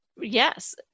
Yes